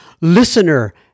listener